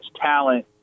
talent